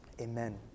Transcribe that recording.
Amen